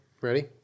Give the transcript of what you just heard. Ready